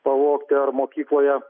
pavogti ar mokykloje